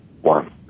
one